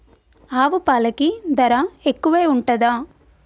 ఆవు పాలకి ధర ఎక్కువే ఉంటదా?